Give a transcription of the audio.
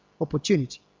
opportunity